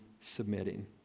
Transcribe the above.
submitting